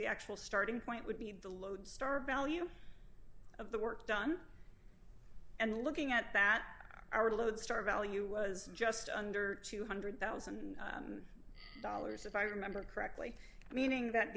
the actual starting point would be the lodestar value of the work done and looking at that our lodestar value was just under two hundred thousand dollars dollars if i remember correctly meaning that